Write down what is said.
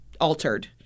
altered